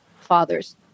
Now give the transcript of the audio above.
fathers